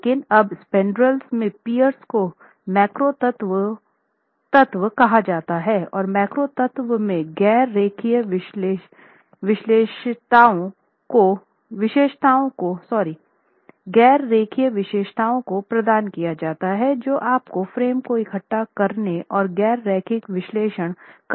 लेकिन अब स्पांडरेल्स में पीअर्स को मैक्रो तत्व कहा जाता है और मैक्रो तत्व में गैर रेखीय विशेषताओं को प्रदान किया जाता है जो आपको फ्रेम को इकट्ठा करने और गैर रैखिक विश्लेषण करने में मदद करता है